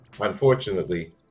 Unfortunately